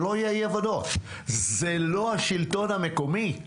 שלא יהיו אי הבנות, זה לא השלטון המקומי.